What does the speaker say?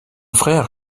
frère